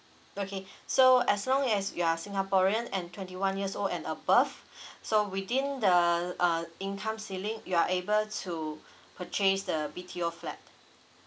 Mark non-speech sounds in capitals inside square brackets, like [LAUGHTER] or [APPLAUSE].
okay so as long as you are singaporean and twenty one years old and above [BREATH] so within the uh income ceiling you are able to purchase the B_T_O flat